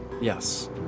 Yes